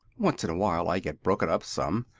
once in a while i get broken up some,